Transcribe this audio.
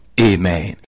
Amen